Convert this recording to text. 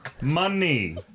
Money